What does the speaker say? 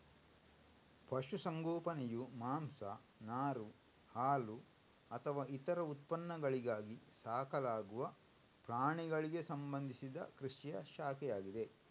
ಪಶು ಸಂಗೋಪನೆಯು ಮಾಂಸ, ನಾರು, ಹಾಲುಅಥವಾ ಇತರ ಉತ್ಪನ್ನಗಳಿಗಾಗಿ ಸಾಕಲಾಗುವ ಪ್ರಾಣಿಗಳಿಗೆ ಸಂಬಂಧಿಸಿದ ಕೃಷಿಯ ಶಾಖೆಯಾಗಿದೆ